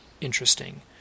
interesting